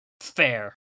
fair